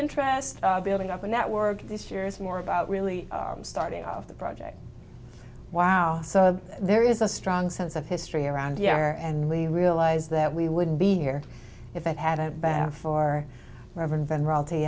interest of building up a network this year is more about really starting off the project wow so there is a strong sense of history around here and we realize that we wouldn't be here if it had a bad for robin van royalty